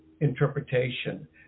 interpretation